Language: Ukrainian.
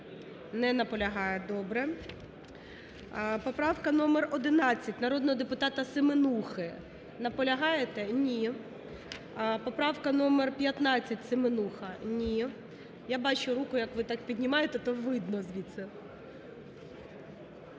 Не наполягає. Добре. Поправка номер 11 народного депутата Семенухи. Наполягаєте? Ні. Поправка номер 15, Семенуха. Ні. Я бачу руку, як ви так піднімаєте, то видно звідси.